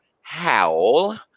howell